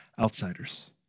outsiders